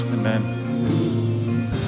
Amen